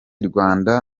rwanda